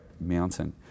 mountain